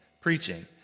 Preaching